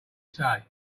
say